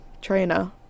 trainer